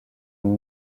une